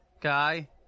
guy